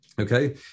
Okay